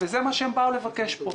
וזה מה שהם באו לבקש פה.